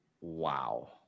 Wow